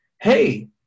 Hey